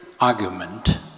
argument